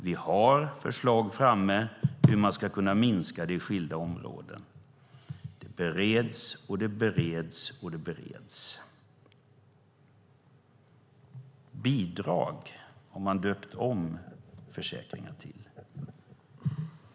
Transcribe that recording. Vi har förslag om hur man ska kunna minska det på skilda områden. Det bereds och det bereds. Bidrag har man döpt om försäkringar till.